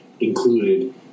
included